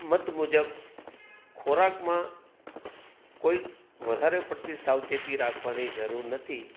મત મુજબ ખોરાકમાં કોઈ વધારે પડતી સાવચેતી રાખવાની જરૂર નથી